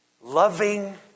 loving